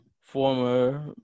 former